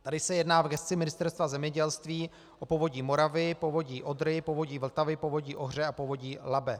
Tady se jedná v gesci Ministerstva zemědělství o Povodí Moravy, Povodí Odry, Povodí Vltavy, Povodí Ohře a Povodí Labe.